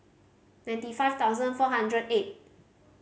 ninety five thousand four hundred eight